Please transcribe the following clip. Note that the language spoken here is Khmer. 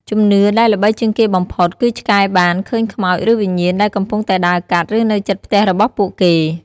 ជំនឿដែលល្បីជាងគេបំផុត គឺឆ្កែបាន ឃើញខ្មោច ឬវិញ្ញាណ ដែលកំពុងតែដើរកាត់ ឬនៅជិតផ្ទះរបស់ពួកគេ។